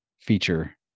feature